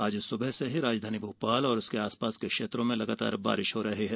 आज सुबह से ही राजधानी मोपाल और उसके आसपास के क्षेत्रो में बारिश हो रही है